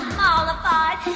mollified